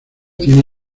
tiene